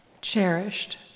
cherished